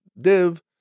div